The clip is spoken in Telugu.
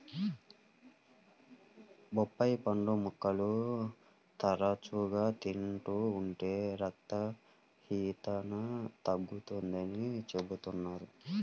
బొప్పాయి పండు ముక్కలు తరచుగా తింటూ ఉంటే రక్తహీనత తగ్గుతుందని చెబుతున్నారు